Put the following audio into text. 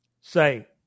say